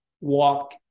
walk